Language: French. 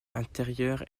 intérieures